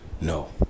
No